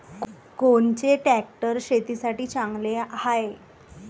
कोनचे ट्रॅक्टर शेतीसाठी चांगले हाये?